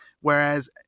Whereas